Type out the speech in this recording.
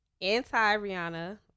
Anti-Rihanna